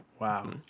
Wow